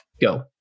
go